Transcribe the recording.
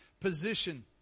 position